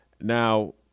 Now